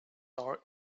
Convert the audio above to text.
are